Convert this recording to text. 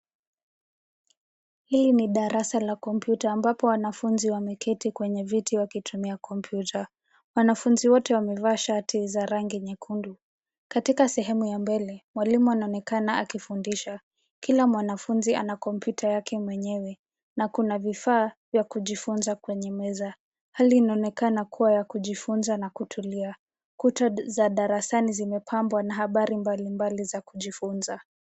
Hii ni darasa la kompyuta ambapo wanafunzi wameketi kwenye viti wakitumia kompyuta. Wanafunzi wote wamevaa shati za rangi nyekundu. Katika sehemu ya mbele mwalimu anaonekana akifundisha. Kila mwanafunzi ana kompyuta yake mwenyewe na kuna vifaa vya kujifunza kwenye meza. Hali inaonekana kuwa ya kujifunza na kutulia. Kuta za darasani zimepambwa na habari mbalimbali za kujifunza.